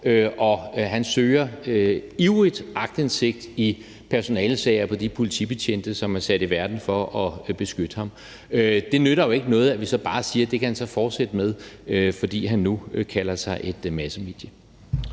og han søger ivrigt aktindsigt i personalesager om de politibetjente, som er sat i verden for at beskytte ham. Det nytter jo ikke noget, at vi så bare siger, at det kan han fortsætte med, fordi han nu kalder sig et massemedie.